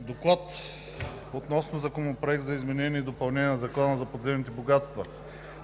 „Доклад относно Законопроект за изменение и допълнение на Закона за подземните богатства,